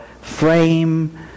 frame